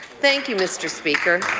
thank you, mr. speaker.